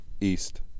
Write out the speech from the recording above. East